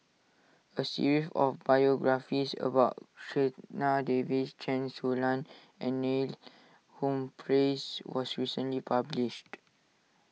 a series of biographies about Checha Davies Chen Su Lan and Neil Humphreys was recently published